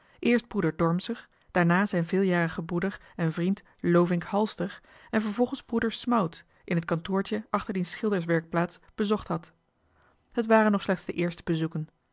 eerst broeder dormser daarna zijn veeljarigen broeder en vriend lovink halster en vervolgens broeder smout in het kantoortje achter diens schilderswerkplaats bezocht had het waren nog slechts de eerste bezoeken